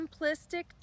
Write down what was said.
simplistic